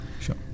Sure